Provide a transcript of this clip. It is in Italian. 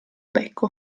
becco